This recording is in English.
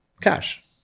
Cash